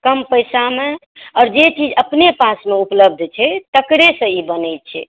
कम पैसामे आओर जे चीज अपने पासमे उपलब्ध छै तकरेसँ ई बनैत छै